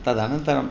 तद् अनन्तरम्